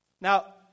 Now